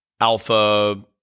alpha